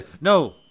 No